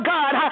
God